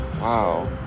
Wow